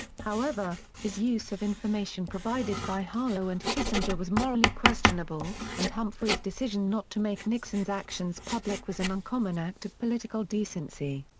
however, his use of information provided by harlow and kissinger was morally questionable, and humphrey's decision not to make nixon's actions public was an uncommon act of political decency.